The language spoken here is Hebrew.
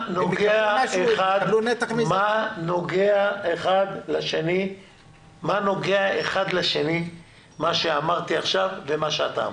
מה נוגע אחד לשני מה שאמרתי עכשיו ומה שאתה אמרת?